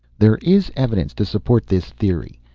there is evidence to support this theory.